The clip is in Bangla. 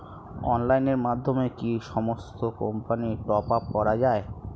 অনলাইনের মাধ্যমে কি সমস্ত কোম্পানির টপ আপ করা যায়?